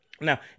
Now